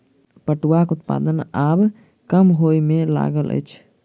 पटुआक उत्पादन आब कम होमय लागल अछि